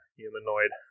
humanoid